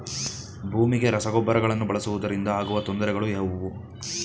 ಭೂಮಿಗೆ ರಸಗೊಬ್ಬರಗಳನ್ನು ಬಳಸುವುದರಿಂದ ಆಗುವ ತೊಂದರೆಗಳು ಯಾವುವು?